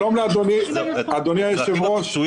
שלום לאדוני היושב ראש.